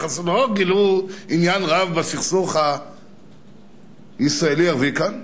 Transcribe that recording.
גילו עניין רב בסכסוך הישראלי-ערבי כאן,